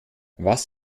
was